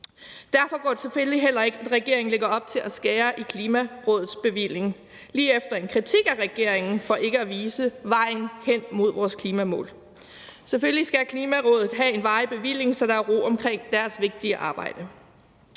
Derfor går det selvfølgelig heller ikke, at regeringen lægger op til at skære i Klimarådets bevilling lige efter en kritik af regeringen for ikke at vise vejen hen imod vores klimamål. Selvfølgelig skal Klimarådet have en varig bevilling, så der er ro omkring deres vigtige arbejde.